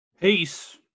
Peace